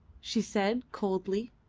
she said coldly,